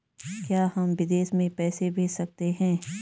क्या हम विदेश में पैसे भेज सकते हैं?